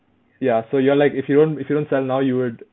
ya so you're like if you don't if you don't sell now you would